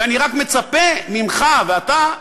ואני רק מצפה ממך ואתה,